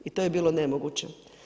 I to je bilo nemoguće.